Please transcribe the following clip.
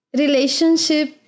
relationship